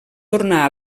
tornar